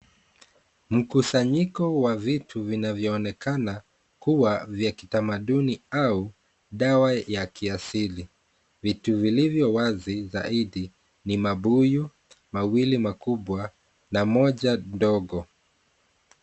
Mkusanyiko wa vitu vinavyoonekana kuwa vya kitamaduni au dawa ya kiasili. Vitu vilivyo wazi zaidi ni mabuyu, mawili makubwa, na moja ndogo.